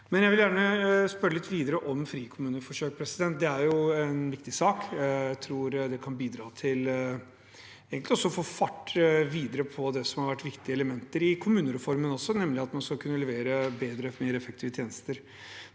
jeg vil gjerne spørre litt videre om frikommuneforsøk, det er jo en viktig sak. Jeg tror det også kan bidra til å få videre fart på det som også har vært viktige elementer i kommunereformen, nemlig at man skal kunne levere bedre og mer effektive tjenester.